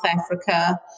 Africa